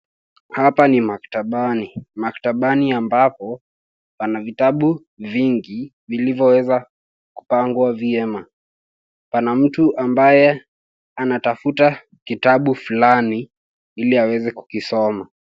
Hapa ni maktabani, maktabani ambapo pana vitabu vingi vilivyoweza kupangwa vyema. Pana mtu ambaye anatafuta kitabu fulani ili aweze kukisoma.